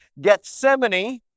Gethsemane